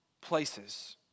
places